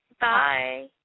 Bye